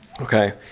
Okay